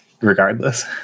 regardless